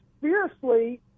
fiercely